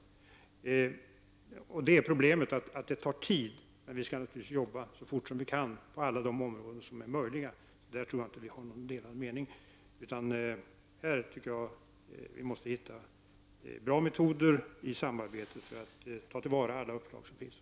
Problemet är att sådana saker tar tid, men vi skall naturligtvis arbeta så fort vi kan på alla områden där det går. I detta sammanhang tror jag därför inte att Birgitta Hambraeus och jag har några delade meningar. Vi måste hitta bra metoder för samarbetet för att ta till vara alla uppslag som finns.